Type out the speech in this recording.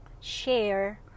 share